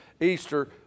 Easter